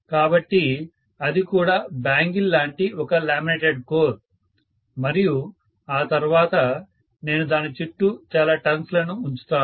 కాబట్టి అది కూడా బ్యాంగిల్ లాంటి ఒక లామినేటెడ్ కోర్ మరియు ఆ తర్వాత నేను దాని చుట్టూ చాలా టర్న్ లను ఉంచుతాను